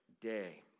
day